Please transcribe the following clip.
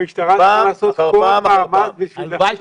המשטרה צריכה לעשות כל מאמץ בשביל לטפל.